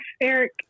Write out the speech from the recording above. eric